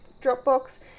Dropbox